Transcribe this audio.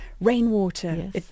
rainwater